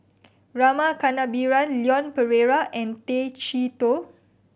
Rama Kannabiran Leon Perera and Tay Chee Toh